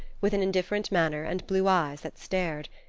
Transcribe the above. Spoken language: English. with an indifferent manner and blue eyes that stared.